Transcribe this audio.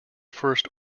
first